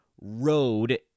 road